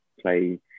play